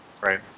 Right